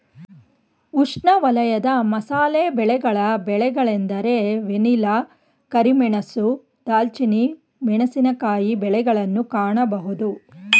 ಉಷ್ಣವಲಯದ ಮಸಾಲೆ ಬೆಳೆಗಳ ಬೆಳೆಗಳೆಂದರೆ ವೆನಿಲ್ಲಾ, ಕರಿಮೆಣಸು, ದಾಲ್ಚಿನ್ನಿ, ಮೆಣಸಿನಕಾಯಿ ಬೆಳೆಗಳನ್ನು ಕಾಣಬೋದು